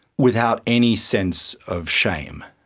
without any sense of shame,